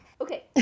okay